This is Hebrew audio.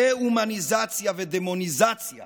דה-הומניזציה ודמוניזציה